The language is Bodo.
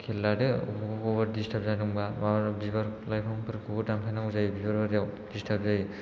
खेल लादो बबेबा बबेबा डिसटार्ब जादोंबा मालाबा बिफां लायफांफोरखौबो दानफायनांगौ जायो बिबार बारिआव डिसटार्ब जायो